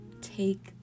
take